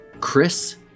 Chris